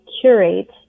curate